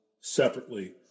Separately